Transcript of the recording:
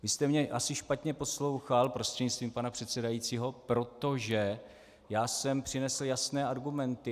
Vy jste mě asi špatně poslouchal, prostřednictvím pana předsedajícího, protože já jsem přinesl jasné argumenty.